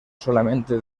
solamente